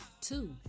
Two